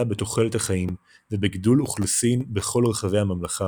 בתוחלת החיים ובגידול אוכלוסין בכל רחבי הממלכה